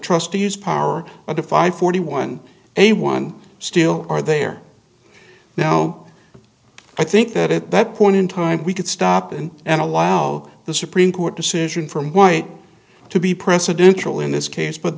use power of the five forty one a one still are there now i think that at that point in time we could stop in and allow the supreme court decision from white to be presidential in this case but